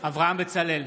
אברהם בצלאל,